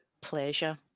pleasure